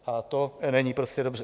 A to není prostě dobře.